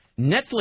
Netflix